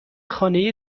خانه